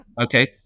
Okay